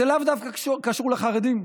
זה לאו דווקא קשור לחרדים,